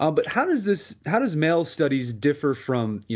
ah but how does this, how does male studies differ from, you